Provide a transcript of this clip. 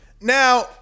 Now